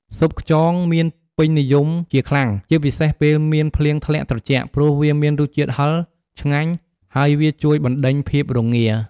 ស៊ុបខ្យង មានពេញនិយមជាខ្លាំង ជាពិសេសពេលមានភ្លៀងធ្លាក់ត្រជាក់ ព្រោះវាមានរសជាតិហឹរ ឆ្ងាញ់ ហើយវាជួយបណ្តេញភាពរងា។